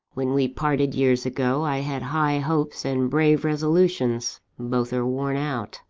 when we parted years ago, i had high hopes and brave resolutions both are worn out.